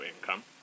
income